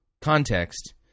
context